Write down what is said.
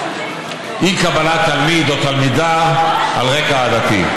חלילה אי-קבלת תלמיד או תלמידה על רקע עדתי.